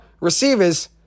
receivers